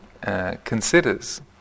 considers